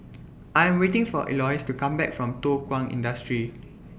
I Am waiting For Elois to Come Back from Thow Kwang Industry